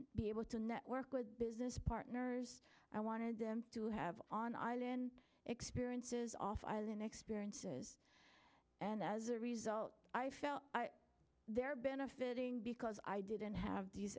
be able to network with business partners i wanted them to have on island experiences off island experiences and as a result i felt they're benefiting because i didn't have these